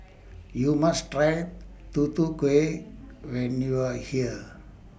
YOU must Try Tutu Kueh when YOU Are here